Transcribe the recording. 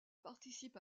participe